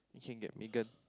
you can that Megan